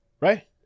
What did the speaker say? Right